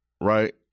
Right